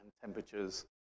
temperatures